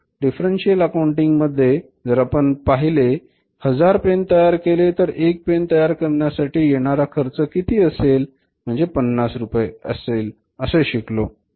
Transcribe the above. differential accounting मध्ये जर आपण पहिले हजार पेन तयार केले तर एका पेन तयार करण्यासाठी येणारा खर्च किती असेल म्हणजे पन्नास रुपये असेल असे शिकलो